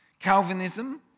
Calvinism